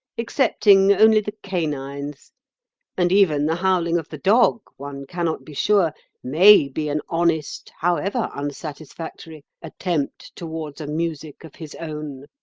excepting only the canines and even the howling of the dog one cannot be sure may be an honest, however unsatisfactory, attempt towards a music of his own.